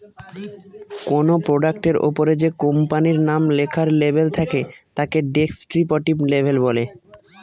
কোনো প্রোডাক্টের ওপরে যে কোম্পানির নাম লেখার লেবেল থাকে তাকে ডেস্ক্রিপটিভ লেবেল বলে